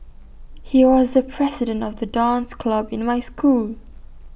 he was the president of the dance club in my school